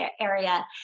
area